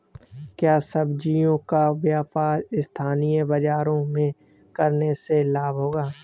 क्या सब्ज़ियों का व्यापार स्थानीय बाज़ारों में करने से लाभ होगा?